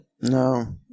No